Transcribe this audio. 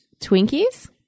Twinkies